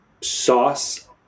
sauce